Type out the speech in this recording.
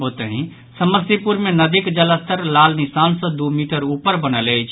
ओतहि समस्तीपुर मे नदीक जलस्तर लाल निशान सॅ दू मीटर ऊपर बनल अछि